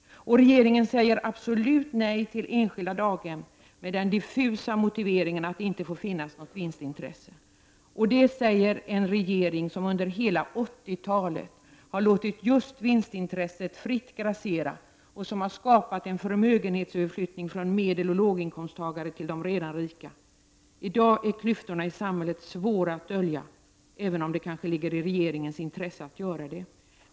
Och regeringen säger absolut nej till enskilda daghem, med den diffusa motiveringen att det inte får finnas något vinstintresse. Det säger en regering som under hela 80-talet har låtit just vinstintresset fritt grassera, och som har skapat en förmögenhetsöverflyttning från medeloch låginkomsttagare till de redan rika! I dag är klyftorna i samhället svåra att dölja, även om det kanske ligger i regeringens intresse att göra det.